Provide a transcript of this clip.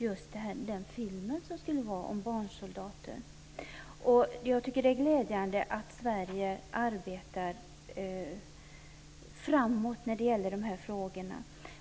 Olara Otunnu kunde emellertid inte närvara. Jag tycker att det är glädjande att Sverige arbetar framåt när det gäller dessa frågor.